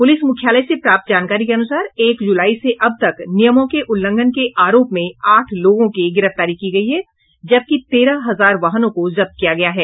police मुख्यालय से प्राप्त जानकारी के अनुसार एक जुलाई से अब तक नियमों के उल्लंघन के आरोप में आठ लोगों की गिरफ्तारी की गयी है जबकि तेरह हजार वाहनों को जब्त किया गया है